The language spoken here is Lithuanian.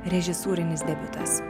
režisūrinis debiutas